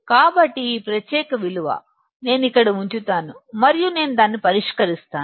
కాబట్టి ఈ ప్రత్యేక విలువ నేను ఇక్కడ ఉంచుతాను మరియు నేను దాన్ని పరిష్కరిస్తాను